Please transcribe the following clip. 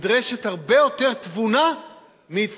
נדרשת הרבה יותר תבונה מהצטדקות,